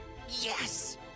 Yes